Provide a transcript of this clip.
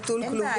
זה בפרק